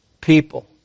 people